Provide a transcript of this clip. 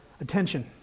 attention